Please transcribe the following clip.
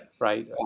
Right